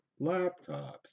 laptops